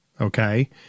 okay